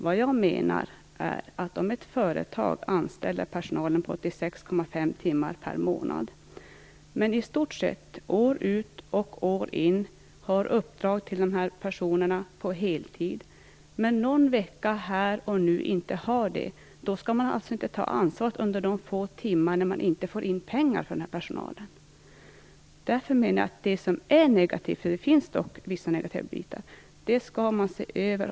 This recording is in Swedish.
Vad jag avser är detta med att man - om ett företag anställer personal på 86,5 timmar per månad och i stort sett år ut och år in har uppdrag åt de här personerna på heltid, men någon vecka då och då inte har det - inte skall ta ansvar under de få timmar när man inte får in pengar för sin personal. Därför menar jag att det som är negativt - det finns alltså vissa negativa bitar - skall man se över.